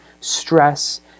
stress